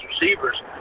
receivers